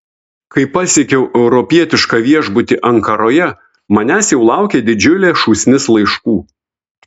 kai pasiekiau europietišką viešbutį ankaroje manęs jau laukė didžiulė šūsnis laiškų